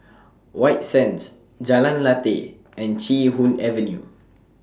White Sands Jalan Lateh and Chee Hoon Avenue